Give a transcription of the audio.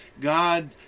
God